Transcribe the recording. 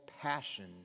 passion